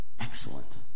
excellent